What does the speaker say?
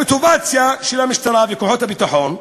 המוטיבציה של המשטרה וכוחות הביטחון.